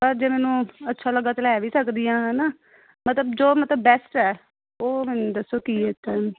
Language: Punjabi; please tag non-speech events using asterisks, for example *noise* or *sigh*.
ਜੇ ਮੈਨੂੰ ਅੱਛਾ ਲੱਗਾ ਤਾਂ ਲੈ ਵੀ ਸਕਦੀ ਹਾਂ ਹੈ ਨਾ ਮਤਲਬ ਜੋ ਮਤਲਬ ਬੈਸਟ ਹੈ ਉਹ ਮੈਨੂੰ ਦੱਸੋ ਕੀ *unintelligible*